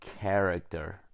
character